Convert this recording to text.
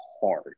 hard